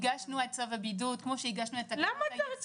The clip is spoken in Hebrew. הגשנו על צו הבידוד כמו שהגשנו --- קודם